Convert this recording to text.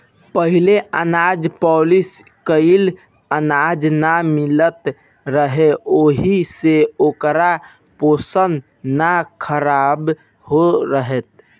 पहिले अनाज पॉलिश कइल अनाज ना मिलत रहे ओहि से ओकर पोषण ना खराब होत रहे